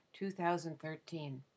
2013